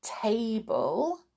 table